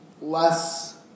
less